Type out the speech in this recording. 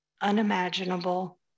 unimaginable